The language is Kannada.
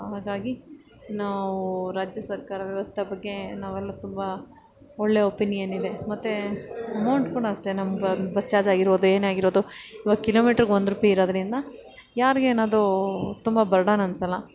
ಹಾಗಾಗಿ ನಾವು ರಾಜ್ಯ ಸರ್ಕಾರ ವ್ಯವಸ್ಥೆ ಬಗ್ಗೆ ನಾವೆಲ್ಲ ತುಂಬಾ ಒಳ್ಳೆ ಒಪಿನಿಯನ್ ಇದೆ ಮತ್ತೆ ಅಮೌಂಟ್ ಕೂಡ ಅಷ್ಟೆ ನಮ್ಮ ಬಸ್ ಚಾರ್ಜ್ ಆಗಿರೋದು ಏನೇ ಆಗಿರೋದು ಇವಾಗ ಕಿಲೋಮೀಟ್ರಗೆ ಒಂದು ರುಪಿ ಇರೋದರಿಂದ ಯಾರಿಗೇನದು ತುಂಬ ಬರ್ಡನ್ ಅನ್ನಿಸಲ್ಲ